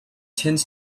tends